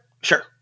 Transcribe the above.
sure